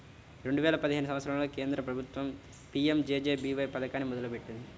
రెండేల పదిహేను సంవత్సరంలో కేంద్ర ప్రభుత్వం పీయంజేజేబీవై పథకాన్ని మొదలుపెట్టింది